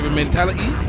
mentality